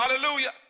Hallelujah